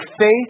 faith